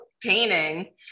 painting